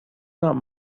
not